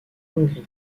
hongrie